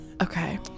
okay